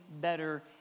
better